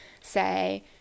say